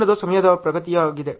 ಮುಂದಿನದು ಸಮಯದ ಪ್ರಗತಿಯಾಗಿದೆ